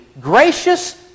gracious